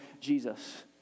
Jesus